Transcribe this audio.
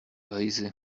lazy